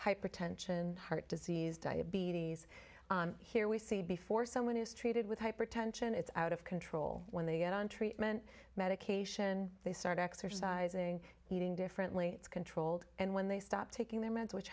hypertension heart disease diabetes here we see before someone is treated with hypertension it's out of control when they get on treatment medication they start exercising eating differently it's controlled and when they stop taking their meds which